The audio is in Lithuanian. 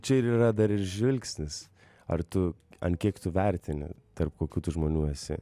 čia ir yra dar ir žvilgsnis ar tu ant kiek tu vertini tarp kokių tu žmonių esi